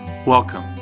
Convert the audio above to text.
Welcome